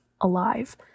alive